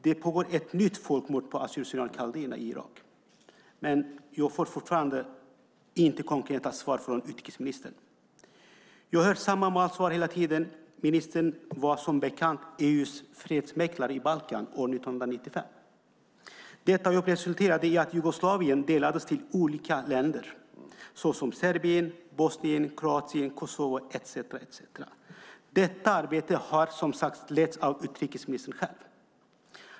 Det pågår ett nytt folkmord på assyrier kaldéer i Irak. Men jag får fortfarande inga konkreta svar från utrikesministern. Jag hör samma svar hela tiden. Ministern var som bekant EU:s fredsmäklare på Balkan år 1995. Detta jobb resulterade i att Jugoslavien delades i olika länder, såsom Serbien, Bosnien, Kroatien, Kosovo etcetera. Detta arbete har, som sagts, letts av utrikesministern själv.